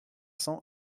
cents